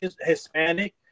Hispanic